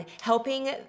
helping